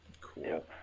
cool